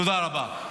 תודה רבה.